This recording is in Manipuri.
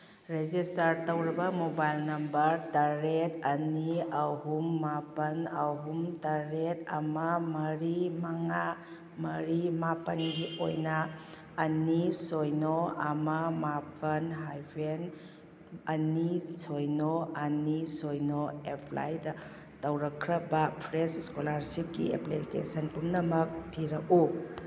ꯔꯦꯖꯤꯁꯇꯥꯔ ꯇꯧꯔꯕ ꯃꯣꯕꯥꯏꯜ ꯅꯝꯕꯔ ꯇꯔꯦꯠ ꯑꯅꯤ ꯑꯍꯨꯝ ꯃꯥꯄꯜ ꯑꯍꯨꯝ ꯇꯔꯦꯠ ꯑꯃ ꯃꯔꯤ ꯃꯉꯥ ꯃꯔꯤ ꯃꯥꯄꯜꯒꯤ ꯑꯣꯏꯅ ꯑꯅꯤ ꯁꯤꯅꯣ ꯑꯃ ꯃꯥꯄꯜ ꯍꯥꯏꯐꯦꯟ ꯑꯅꯤ ꯁꯤꯅꯣ ꯑꯅꯤ ꯁꯤꯅꯣ ꯑꯦꯞꯄ꯭ꯂꯥꯏꯗ ꯇꯧꯔꯛꯈ꯭ꯔꯕ ꯐ꯭ꯔꯦꯁ ꯏꯁꯀꯣꯂꯥꯔꯁꯤꯞꯀꯤ ꯑꯦꯄ꯭ꯂꯤꯀꯦꯁꯟ ꯄꯨꯝꯅꯃꯛ ꯊꯤꯔꯛꯎ